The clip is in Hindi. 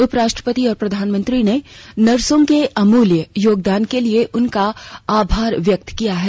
उपराष्ट्रपति और प्रधानमंत्री ने नर्सो के अमूल्य योगदान के लिए उनका आभार व्यक्त किया है